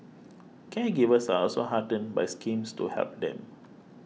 caregivers are also heartened by schemes to help them